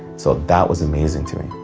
so that was amazing to me.